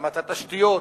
רמת התשתיות,